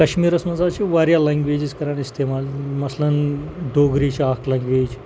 کَشمیٖرَس منٛز حظ چھِ واریاہ لنٛگویجِز کَران استعمال مثلاً ڈوگری چھِ اَکھ لنٛگویج